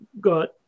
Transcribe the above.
got